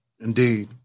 Indeed